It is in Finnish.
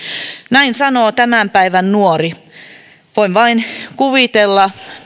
näin sanoo tämän päivän nuori voin vain kuvitella